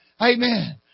Amen